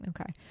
okay